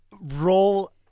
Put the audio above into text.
Roll